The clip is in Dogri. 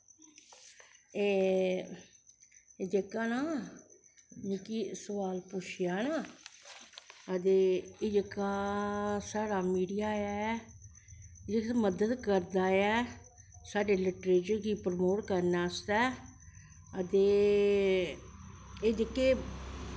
ते जेह्का ना मिगी स्वाल पुच्छेआ ना ते एह् जेह्का साढ़ा मिडिया ऐ एह् मदद करदा ऐ साढ़े लिटरेचर गी परमोट करनैं आस्तै ते एह् जेह्के